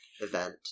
Event